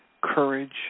courage